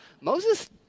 Moses